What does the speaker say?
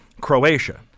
Croatia